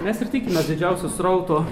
mes ir tikimės didžiausio srauto